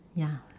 ya